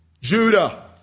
Judah